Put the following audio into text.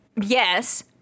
yes